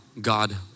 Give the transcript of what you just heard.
God